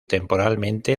temporalmente